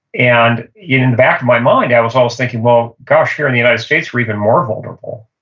and in in the back of my mind, i was always thinking, well, gosh. here in the united states, we're even more vulnerable.